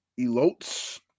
Elotes